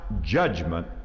judgment